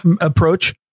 approach